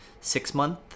six-month